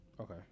Okay